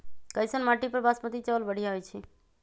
कैसन माटी पर बासमती चावल बढ़िया होई छई?